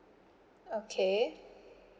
okay